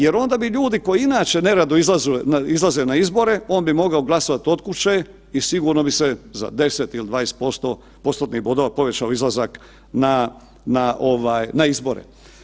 Jer onda bi ljudi koji inače neradno izlaze na izbore, on bi mogao glasovati od kuće i sigurno bi se za 10 ili 20%, postotnih bodova povećao izlazak na izbore.